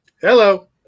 Hello